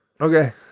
Okay